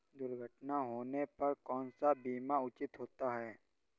दुर्घटना होने पर कौन सा बीमा उचित होता है?